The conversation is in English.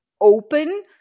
open